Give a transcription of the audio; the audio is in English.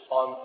on